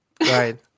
Right